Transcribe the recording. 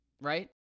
right